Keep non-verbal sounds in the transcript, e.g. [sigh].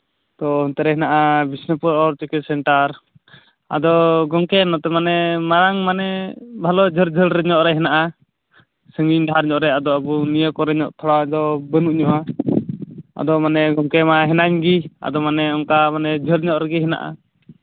ᱛᱚ ᱱᱚᱛᱮᱨᱮ ᱢᱮᱱᱟᱜᱼᱟ ᱵᱤᱥᱱᱩᱯᱩᱨ ᱚᱞᱪᱤᱠᱤ ᱥᱮᱱᱴᱟᱨ ᱟᱫᱚ ᱜᱚᱢᱠᱮ ᱱᱚᱛᱮ ᱢᱟᱱᱮ ᱢᱟᱲᱟᱝ ᱢᱟᱱᱮ ᱟᱨᱚ ᱡᱷᱟᱹᱞ ᱡᱷᱟᱹᱞ ᱧᱚᱜ ᱨᱮ ᱦᱮᱱᱟᱜᱼᱟ ᱥᱟᱺᱜᱤᱧ ᱰᱟᱦᱟᱨ ᱧᱚᱜ ᱨᱮ [unintelligible] ᱟᱫᱚ ᱟᱵᱚ ᱱᱤᱭᱟᱹ ᱠᱚᱨᱮ ᱧᱚᱜ ᱛᱷᱚᱲᱟ ᱫᱚ ᱵᱟᱹᱱᱩᱜ ᱧᱚᱜᱼᱟ ᱟᱫᱚ ᱢᱟᱱᱮ ᱜᱮᱢᱠᱮ ᱢᱟ ᱦᱤᱱᱟᱹᱧ ᱜᱮ ᱟᱫᱚ ᱢᱟᱱᱮ ᱚᱱᱠᱟ ᱢᱟᱱᱮ ᱡᱷᱟᱹᱞ ᱧᱚᱜ ᱨᱮᱜᱮ ᱦᱮᱱᱟᱜᱼᱟ